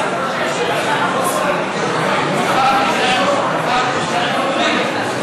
הצורך בהקמת ועדת חקירה פרלמנטרית לבדיקת רצח נשים,